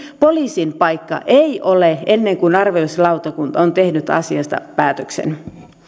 poliisin paikka ei ole ennen kuin arvioimislautakunta on tehnyt asiasta päätöksen